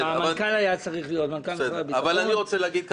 מנכ"ל משרד הביטחון היה צריך להיות,